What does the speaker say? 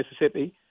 Mississippi